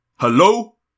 Hello